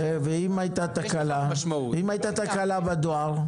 ואם הייתה תקלה בדואר?